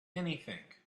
anything